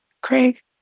Craig